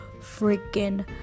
freaking